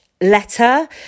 Letter